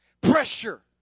Pressure